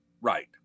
Right